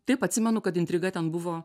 taip atsimenu kad intriga ten buvo